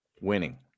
winning